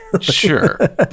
Sure